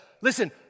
listen